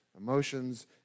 emotions